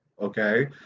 okay